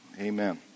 Amen